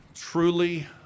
truly